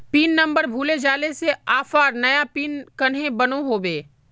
Pin number भूले जाले से ऑफर नया पिन कन्हे बनो होबे?